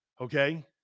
Okay